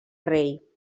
rei